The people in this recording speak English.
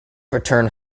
return